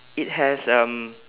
it has um